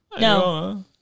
No